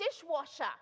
dishwasher